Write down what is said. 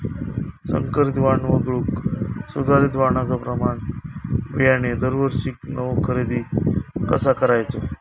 संकरित वाण वगळुक सुधारित वाणाचो प्रमाण बियाणे दरवर्षीक नवो खरेदी कसा करायचो?